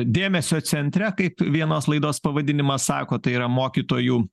dėmesio centre kaip vienos laidos pavadinimas sako tai yra mokytojų